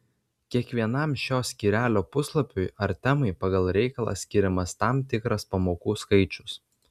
kiekvienam šio skyrelio puslapiui ar temai pagal reikalą skiriamas tam tikras pamokų skaičius